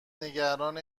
نگران